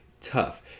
tough